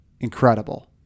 incredible